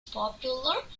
popular